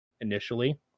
initially